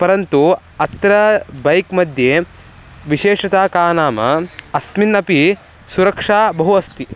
परन्तु अत्र बैक्मध्ये विशेषता का नाम अस्मिन्नपि सुरक्षा बहु अस्ति